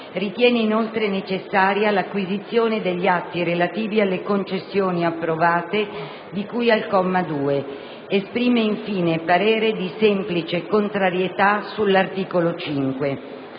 Ritiene inoltre necessaria l'acquisizione degli atti relativi alle concessioni approvate di cui al comma 2. Esprime, infine, parere di semplice contrarietà sull'articolo 5.